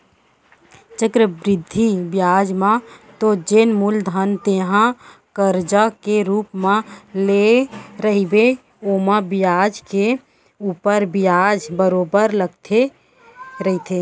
चक्रबृद्धि बियाज म तो जेन मूलधन तेंहा करजा के रुप म लेय रहिबे ओमा बियाज के ऊपर बियाज बरोबर लगते रहिथे